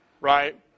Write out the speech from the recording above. right